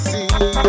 See